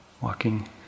walking